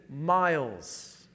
miles